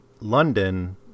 London